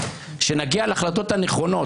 שנגיע להחלטות הנכונות.